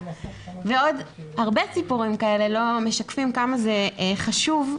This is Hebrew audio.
ועוד הרבה סיפורים כאלה לא משקפים כמה זה חשוב,